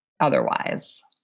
otherwise